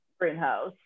greenhouse